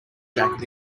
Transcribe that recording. jacket